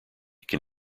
can